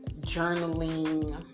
journaling